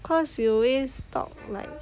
because you always talk like